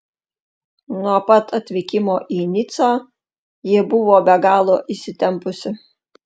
nuo pat atvykimo į nicą ji buvo be galo įsitempusi